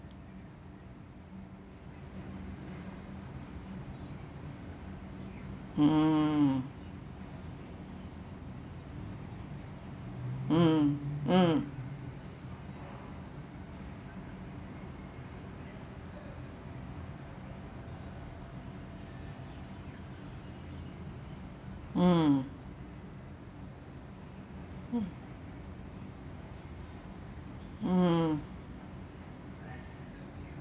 mm mm mm mm mm